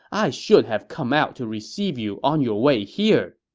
i should have come out to receive you on your way here!